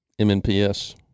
MNPS